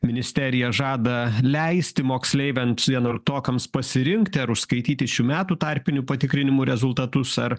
ministerija žada leisti moksleiviams vienuoliktokams pasirinkti ar užskaityti šių metų tarpinių patikrinimų rezultatus ar